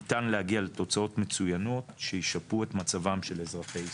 ניתן להגיע לתוצאות מצוינות שישפרו את מצבם של אזרחי ישראל.